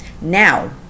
now